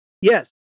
Yes